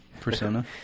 persona